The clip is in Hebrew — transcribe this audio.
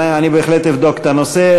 אני בהחלט אבדוק את הנושא.